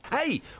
Hey